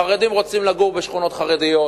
החרדים רוצים לגור בשכונות חרדיות,